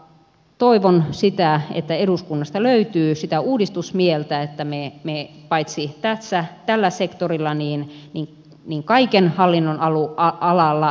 toivon sitä että eduskunnasta löytyy sitä uudistusmieltä että me paitsi tällä sektorilla myös kaiken hallinnon valuutan alalle